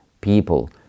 people